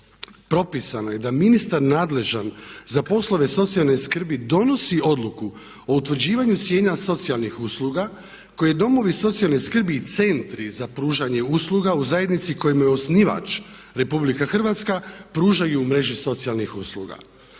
propisano je da ministar nadležan za poslove socijalne skrbi donosi odluku o utvrđivanju cijena socijalnih usluga koje domovi socijalne skrbi i Centri za pružanje usluga u zajednici kojima je osnivač Republika Hrvatska pružaju u mreži socijalnih usluga.